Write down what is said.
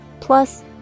Plus